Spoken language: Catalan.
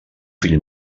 fill